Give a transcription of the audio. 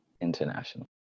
International